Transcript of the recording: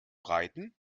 reiten